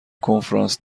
کنفرانس